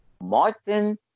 Martin